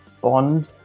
bond